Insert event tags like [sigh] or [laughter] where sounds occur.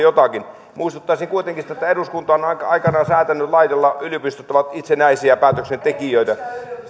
[unintelligible] jotakin muistuttaisin kuitenkin että eduskunta on on aikanaan säätänyt lailla yliopistot ovat itsenäisiä päätöksentekijöitä